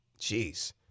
Jeez